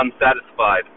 unsatisfied